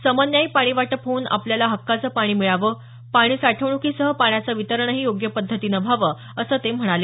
समन्यायी पाणी वाटप होऊन आपल्याला हक्काचं पाणी मिळावं पाणी साठवण्कीसह पाण्याचं वितरणही योग्य पद्धतीनं व्हावं असं ते म्हणाले